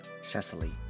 Cecily